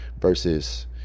versus